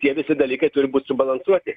tie visi dalykai turi būt subalansuoti